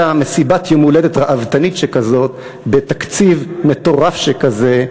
מסיבת יום-הולדת ראוותנית שכזאת בתקציב מטורף שכזה.